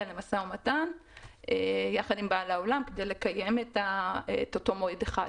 למשא ומתן ביחד עם בעל האולם כדי לקיים את אותו מועד אחד.